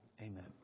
Amen